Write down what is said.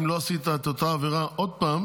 אם לא עשית את אותה עבירה עוד פעם